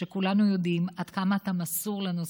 שכולנו יודעים עד כמה אתה מסור לנושא.